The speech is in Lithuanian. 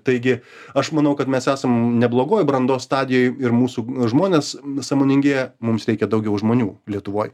taigi aš manau kad mes esam neblogoj brandos stadijoj ir mūsų žmonės sąmoningėja mums reikia daugiau žmonių lietuvoj